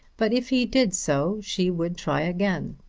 but if he did so she would try again,